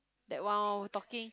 that one orh talking